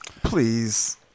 Please